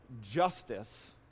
justice